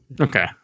Okay